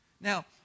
Now